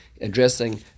addressing